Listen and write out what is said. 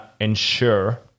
ensure